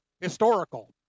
historical